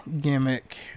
gimmick